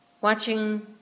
watching